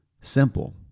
simple